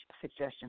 suggestion